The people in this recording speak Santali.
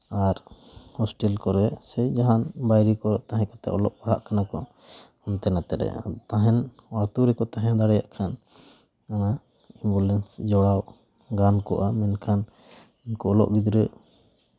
ᱟᱨ ᱦᱳᱥᱴᱮᱞ ᱠᱚᱨᱮᱜ ᱥᱮ ᱡᱟᱦᱟᱱ ᱵᱟᱭᱨᱮ ᱠᱚᱨᱮᱜ ᱛᱟᱦᱮᱸ ᱠᱟᱛᱮᱫ ᱚᱞᱚᱜ ᱯᱟᱲᱦᱟᱜ ᱠᱟᱱᱟ ᱠᱚ ᱦᱟᱱᱛᱮ ᱱᱟᱛᱮ ᱨᱮ ᱛᱟᱦᱮᱱ ᱟᱹᱛᱩ ᱨᱮᱠᱚ ᱛᱟᱦᱮᱸ ᱫᱟᱲᱮᱭᱟᱜ ᱠᱷᱟᱱ ᱱᱚᱣᱟ ᱮᱢᱵᱩᱞᱮᱱᱥ ᱡᱚᱲᱟᱣ ᱜᱟᱱ ᱠᱚᱜᱼᱟ ᱢᱮᱱᱠᱷᱟᱱ ᱩᱱᱠᱩ ᱚᱞᱚᱜ ᱜᱤᱫᱽᱨᱟᱹ